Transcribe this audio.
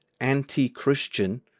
anti-Christian